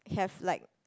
have like